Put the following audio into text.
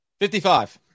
55